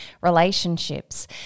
relationships